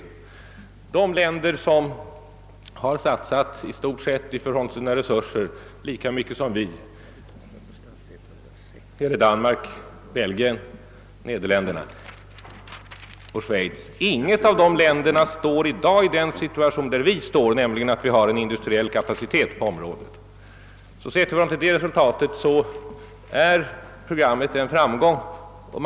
Inget av de länder som har satsat i förhållande till sina resurser i stort sett lika mycket som Sverige — détta gäller Danmark, Belgien, Nederländerna: och Schweiz — står i dag i den situation där vi nu befinner oss, nämligen att de uppnått en egen industriell kapacitet på området. Ser vi till det resultatet har programmet alltså varit en framgång.